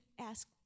ask